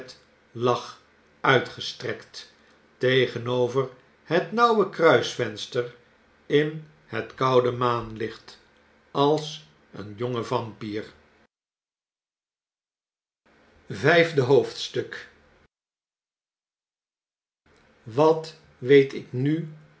lag uitgestrekt tegenover het nauwe kruisvenster in het koude maanlicht als een jonge vampier vijfde hoofdstuk wat weet ik nu